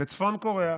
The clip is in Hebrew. בצפון קוריאה,